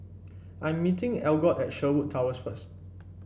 I'm meeting Algot at Sherwood Towers first